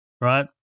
right